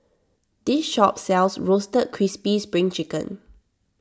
this shop sells Roasted Crispy Spring Chicken